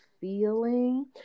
feeling